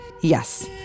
Yes